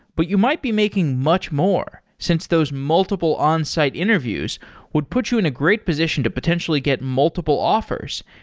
but you might be making much more since those multiple onsite interviews would put you in a great position to potentially get multiple offers,